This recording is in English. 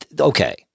okay